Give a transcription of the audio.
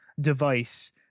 device